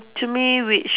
to me which